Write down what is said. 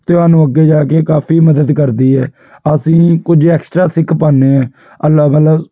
ਅਤੇ ਸਾਨੂੰ ਅੱਗੇ ਜਾ ਕੇ ਕਾਫ਼ੀ ਮਦਦ ਕਰਦੀ ਹੈ ਅਸੀਂ ਕੁਝ ਐਕਸਟਰਾ ਸਿੱਖ ਪਾਉਂਦੇ ਹਾਂ ਅਲੱਗ ਅਲੱਗ